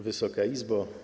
Wysoka Izbo!